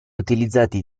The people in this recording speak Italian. utilizzati